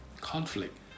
conflict